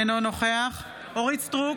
אינו נוכח אורית מלכה סטרוק,